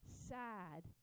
sad